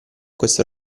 questo